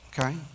Okay